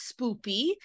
spoopy